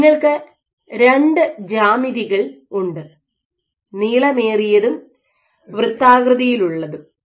നിങ്ങൾക്ക് രണ്ട് ജ്യാമിതികൾ ഉണ്ട് നീളമേറിയതും വൃത്താകൃതിയിലുള്ളതും